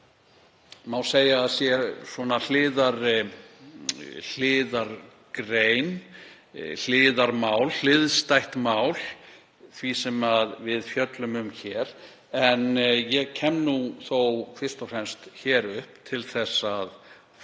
má segja, hliðargrein, hliðarmál, hliðstætt mál því sem við fjöllum um hér. En ég kem þó fyrst og fremst hér upp til að